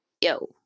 Yo